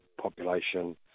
population